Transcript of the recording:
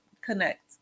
connect